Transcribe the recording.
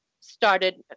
started